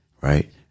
right